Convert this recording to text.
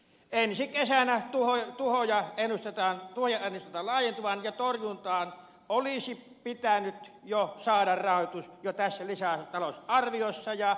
ensi kesänä tuhojen ennustetaan laajentuvan ja torjuntaan olisi pitänyt saada rahoitus jo tässä lisätalousarviossa